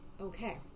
okay